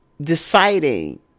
deciding